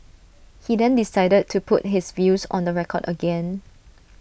he then decided to put his views on the record again